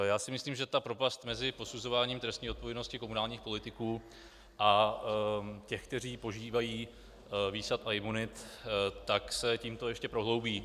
Já si myslím, že propast mezi posuzováním trestní odpovědnosti komunálních politiků a těch, kteří požívají výsad a imunit, se tímto ještě prohloubí.